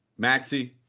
Maxi